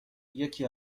یکی